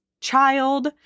child